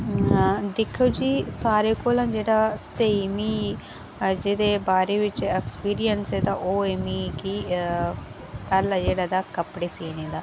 हां दिक्खो जी सारे कोला जेह्ड़ा स्हेई मी जेह्दे बारे च एक्सपिरिंयस ऐ ओह् ऐ मी कि पैह्लां जेह्ड़ा तां कपडे़ सीने दा